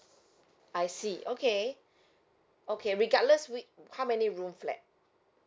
I see okay okay regardless with how many room flat